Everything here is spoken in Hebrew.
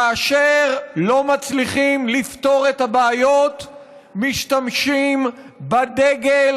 כאשר לא מצליחים לפתור את הבעיות משתמשים בדגל